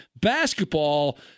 basketball